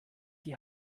die